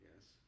Yes